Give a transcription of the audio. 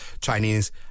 Chinese